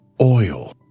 oil